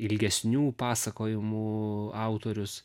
ilgesnių pasakojimų autorius